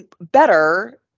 better